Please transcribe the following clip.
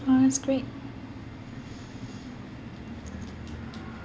ah that's great